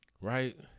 right